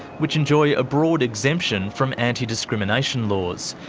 which enjoy a broad exemption from anti-discrimination laws.